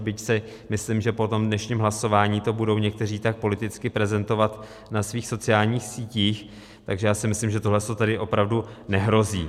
Byť si myslím, že po tom dnešním hlasování to budou někteří tak politicky prezentovat na svých sociálních sítích, tak já si myslím, že tohle tady opravdu nehrozí.